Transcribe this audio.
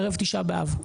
ערב תשעה באב.